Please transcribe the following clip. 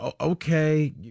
okay